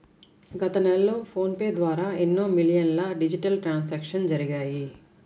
గత నెలలో PhonePe ద్వారా ఎన్నో మిలియన్ల డిజిటల్ ట్రాన్సాక్షన్స్ జరిగాయి